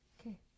Okay